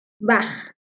Bach